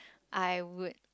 I would